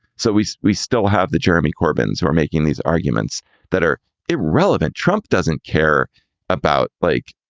so we we still have the jeremy corbyn's who are making these arguments that are irrelevant. trump doesn't care about like